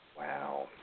Wow